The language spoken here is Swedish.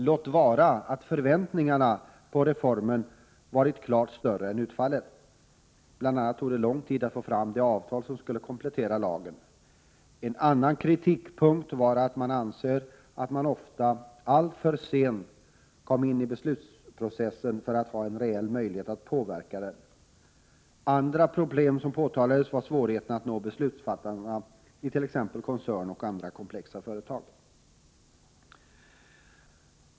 Låt vara att förväntningarna på reformen har varit klart större än utfallet. Bland annat tog det lång tid att få fram det avtal som skulle komplettera lagen. En annan kritikpunkt var att man anser att man ofta alltför sent kom in i beslutsprocessen för att ha en reell möjlighet att påverka den. Andra problem som påtalades var svårigheten att nå beslutsfattarna i t.ex. koncerner och andra komplexa företag.